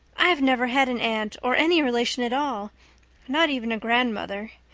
i've never had an aunt or any relation at all not even a grandmother.